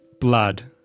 blood